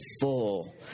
full